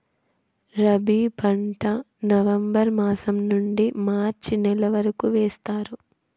రబీ పంట నవంబర్ మాసం నుండీ మార్చి నెల వరకు వేస్తారు